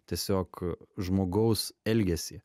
tiesiog žmogaus elgesį